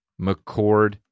mccord